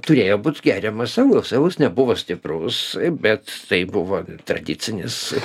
turėjo būt geriamas alus alus nebuvo stiprus bet tai buvo tradicinis